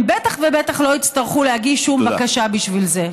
בטח ובטח לא יצטרכו להגיש שום בקשה בשביל זה.